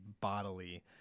bodily